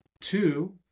Two